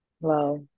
Wow